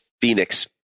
Phoenix